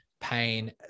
pain